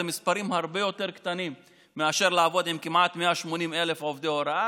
אלה מספרים הרבה יותר קטנים מאשר לעבוד עם כמעט 180,000 עובדי הוראה.